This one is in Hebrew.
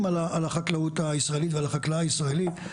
על החקלאות הישראלית ועל החקלאי הישראלי.